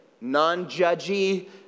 non-judgy